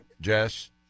Jess